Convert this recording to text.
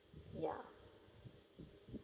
ya